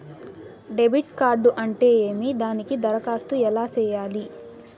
debit card అంటే ఏమి దానికి దరఖాస్తు ఎలా సేయాలి